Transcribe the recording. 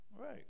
Right